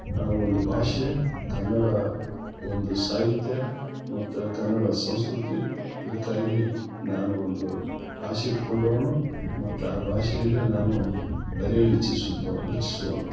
ಆ ಒಂದು ಭಾಷೆ ಕನ್ನಡ ಒಂದು ಸಾಹಿತ್ಯ ಮತ್ತ ಕನ್ನಡ ಸಂಸ್ಕೃತಿ ಇದಕ್ಕಾಗಿ ನಾನು ಒಂದು ಆಸೆ ಇಟ್ಟುಕೊಂಡವ್ನು ಮತ್ತು ಆ ಭಾಷೆಯಲ್ಲಿ ನಾನು ಬರೆಯಲು ಇಚ್ಛಿಸುತ್ತ ಇಚ್ಛಿಸುವವನು